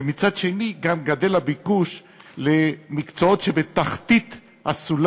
ומצד שני גם גדל הביקוש למקצועות שבתחתית הסולם.